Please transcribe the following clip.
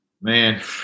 Man